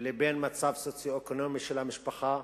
לבין המצב הסוציו-אקונומי של המשפחה.